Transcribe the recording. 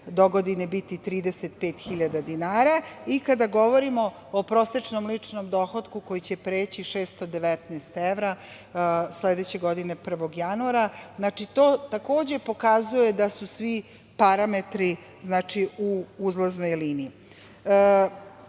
dogodine biti 35.000 dinara, i kada govorimo o prosečnom ličnom dohotku, koji će preći 619 evra sledeće godine 1. januara. Znači, to takođe pokazuje da su svi parametri u uzlaznoj liniji. Naša